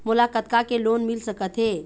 मोला कतका के लोन मिल सकत हे?